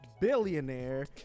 billionaire